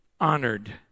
honored